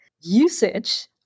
usage